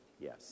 yes